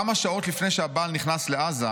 כמה שעות לפני שהבעל נכנס לעזה,